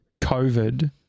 COVID